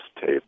tape